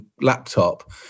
laptop